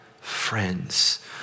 Friends